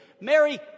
Mary